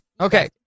Okay